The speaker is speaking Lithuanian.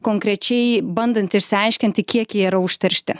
konkrečiai bandant išsiaiškinti kiek jie yra užteršti